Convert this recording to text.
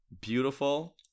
beautiful